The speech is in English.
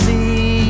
See